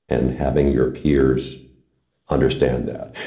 and having your peers understand that.